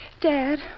Dad